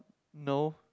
no